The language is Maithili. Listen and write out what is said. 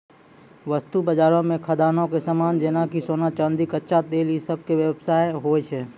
वस्तु बजारो मे खदानो के समान जेना कि सोना, चांदी, कच्चा तेल इ सभ के व्यापार होय छै